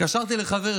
זה לא הגיוני.